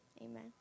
Amen